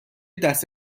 دست